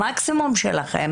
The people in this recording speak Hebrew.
המקסימום שלכם